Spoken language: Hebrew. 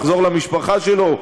לחזור למשפחה שלו?